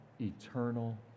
eternal